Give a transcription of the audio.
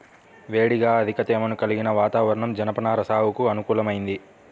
వేడిగా అధిక తేమను కలిగిన వాతావరణం జనపనార సాగుకు అనుకూలమైంది